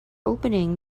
opening